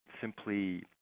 simply